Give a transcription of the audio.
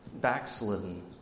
backslidden